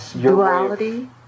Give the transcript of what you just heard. duality